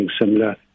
similar